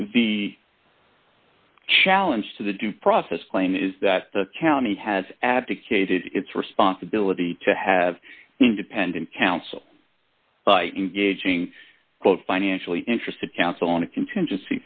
the challenge to the due process claim is that the county has abdicated its responsibility to have independent counsel by engaging both financially interested counsel on a contingency